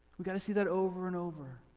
we gotta see that over and over.